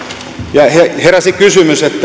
ja heräsi kysymys